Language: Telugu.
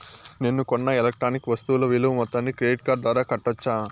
నేను కొన్న ఎలక్ట్రానిక్ వస్తువుల విలువ మొత్తాన్ని క్రెడిట్ కార్డు ద్వారా కట్టొచ్చా?